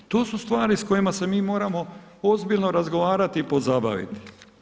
To su stvari s kojima se mi moramo ozbiljno razgovarati i pozabaviti.